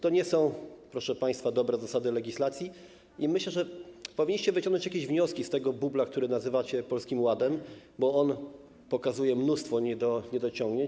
To nie są, proszę państwa, dobre zasady legislacji i myślę, że powinniście wyciągnąć jakieś wnioski z tego bubla, który nazywacie Polskim Ładem, bo on pokazuje mnóstwo niedociągnięć.